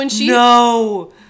no